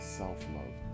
self-love